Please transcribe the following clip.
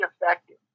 effective